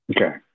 Okay